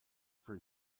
for